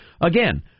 Again